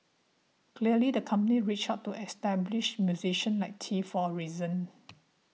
clearly the company reached out to established musicians like Tee for a reason